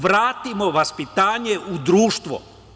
Vratimo vaspitanje u društvo.